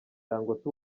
dangote